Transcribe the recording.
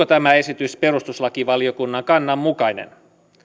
tämä esitys perustuslakivaliokunnan kannan mukainen